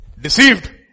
deceived